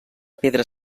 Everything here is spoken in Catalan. pedra